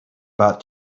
back